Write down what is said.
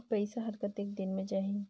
पइसा हर कतेक दिन मे जाही?